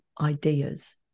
ideas